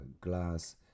glass